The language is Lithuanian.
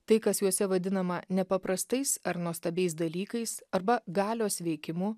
tai kas juose vadinama nepaprastais ar nuostabiais dalykais arba galios veikimu